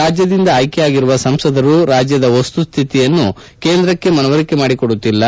ರಾಜ್ಯದಿಂದ ಆಯ್ಕೆಯಾಗಿರುವ ಸಂಸದರು ರಾಜ್ಯದ ವಸ್ತುಸ್ತಿತಿಯನ್ನು ಕೇಂದ್ರಕ್ಷಿ ಮನವರಿಕೆ ಮಾಡಿಕೊಡುತ್ತಿಲ್ಲ